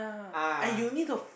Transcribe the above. ah